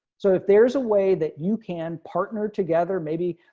so if there's a way that you can partner together maybe